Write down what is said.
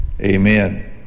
Amen